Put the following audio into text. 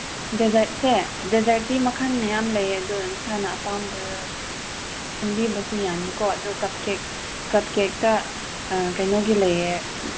ꯗꯦꯖꯔꯠꯁꯦ ꯗꯦꯖꯔꯠꯇꯤ ꯃꯈꯟ ꯃꯌꯥꯝ ꯂꯩꯌꯦ ꯑꯗꯨ ꯅꯁꯥꯅ ꯑꯄꯥꯝꯕ ꯈꯟꯕꯤꯕꯁꯨ ꯌꯥꯅꯤꯀꯣ ꯑꯗꯨ ꯀꯞ ꯀꯦꯛ ꯀꯞ ꯀꯦꯛꯇ ꯀꯩꯅꯣꯒꯤ ꯂꯩꯌꯦ